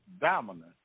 dominant